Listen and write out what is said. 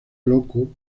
loco